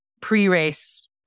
pre-race